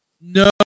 No